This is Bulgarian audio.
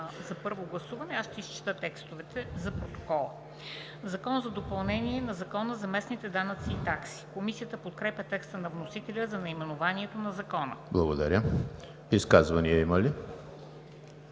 за първо гласуване, ще изчета текстовете за протокола. „Закон за допълнение на Закона за местните данъци и такси“. Комисията подкрепя текста на вносителя за наименованието на Закона. ПРЕДСЕДАТЕЛ ЕМИЛ ХРИСТОВ: Има ли